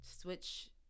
Switch